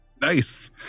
Nice